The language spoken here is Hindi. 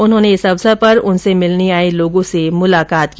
उन्होंने इस अवसर पर उनसे मिलने आये लोगों से मुलाकात की